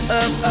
up